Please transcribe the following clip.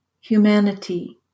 humanity